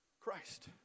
Christ